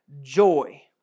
joy